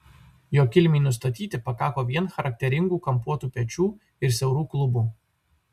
jo kilmei nustatyti pakako vien charakteringų kampuotų pečių ir siaurų klubų